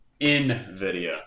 NVIDIA